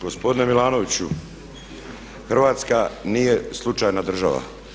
Gospodine Milanoviću, Hrvatska nije slučajna država.